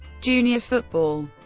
junior football